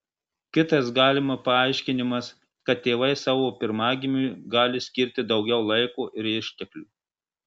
kitas galima paaiškinimas kad tėvai savo pirmagimiui gali skirti daugiau laiko ir išteklių